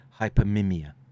hypermimia